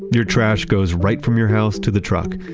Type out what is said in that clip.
your trash goes right from your house to the truck,